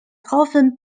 often